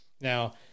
now